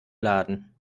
laden